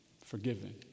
forgiven